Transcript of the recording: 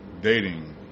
dating